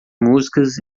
músicas